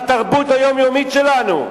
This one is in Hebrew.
בתרבות היומיומית שלנו.